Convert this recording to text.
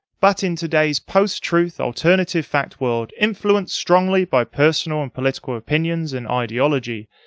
but in today's post-truth, alternative-fact world, influenced strongly by personal and political opinions and ideology,